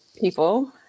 people